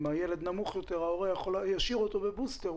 אם הילד נמוך יותר, ההורה ישאיר אותו בבוסטר.